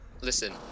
Listen